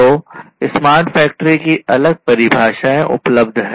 तो smart factory की अलग अलग परिभाषाएँ उपलब्ध हैं